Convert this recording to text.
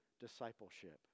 discipleship